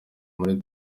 muri